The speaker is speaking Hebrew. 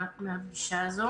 מרץ,